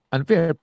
Unfair